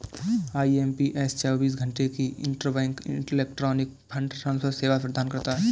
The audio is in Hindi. आई.एम.पी.एस चौबीस घंटे की इंटरबैंक इलेक्ट्रॉनिक फंड ट्रांसफर सेवा प्रदान करता है